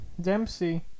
Dempsey